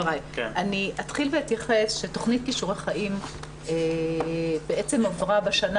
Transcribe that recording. אתחיל ואתייחס שתוכנית כישורי חיים עברה בשנה